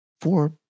four